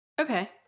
Okay